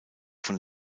von